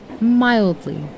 mildly